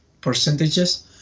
percentages